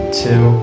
two